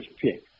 pick